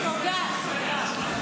תודה, תודה.